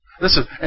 Listen